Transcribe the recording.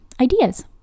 ideas